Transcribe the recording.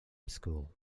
school